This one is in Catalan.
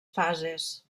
fases